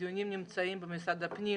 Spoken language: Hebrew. הדיונים במשרד הפנים.